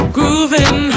Grooving